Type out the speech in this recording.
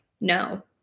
no